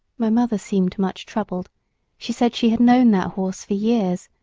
my mother seemed much troubled she said she had known that horse for years,